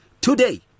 today